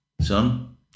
son